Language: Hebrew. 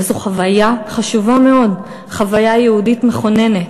וזו חוויה חשובה מאוד, חוויה יהודית מכוננת.